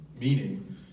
meaning